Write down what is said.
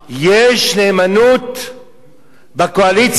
יש נאמנות בקואליציה הזאת,